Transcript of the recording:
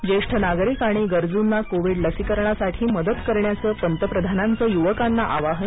ज्येष्ठ नागरिक आणि गरजूंना कोविड लसीकरणासाठी मदत करण्याचं पंतप्रधानांचं युवकांना आवाहन